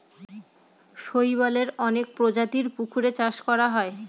শৈবালের অনেক প্রজাতির পুকুরে চাষ করা হয়